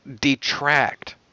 detract